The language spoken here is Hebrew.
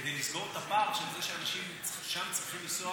כדי לסגור את הפער של זה שאנשים שם צריכים לנסוע